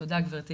תודה, גברתי.